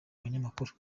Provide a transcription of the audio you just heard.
abanyamakuru